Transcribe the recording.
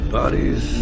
bodies